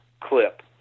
clip